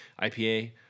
IPA